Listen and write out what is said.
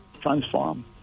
transform